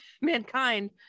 mankind